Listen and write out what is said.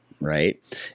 right